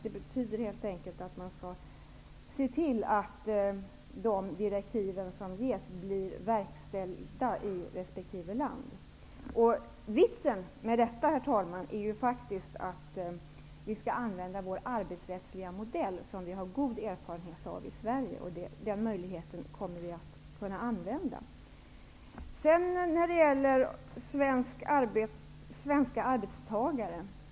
Det betyder helt enkelt att man skall se till att de direktiv som ges blir verkställda i resp. land. Vitsen med detta, herr talman, är ju faktiskt att vi skall använda vår arbetsrättsliga modell, som vi har god erfarenhet av i Sverige. Vi kommer att få möjlighet att använda den.